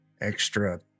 extra